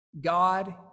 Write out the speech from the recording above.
God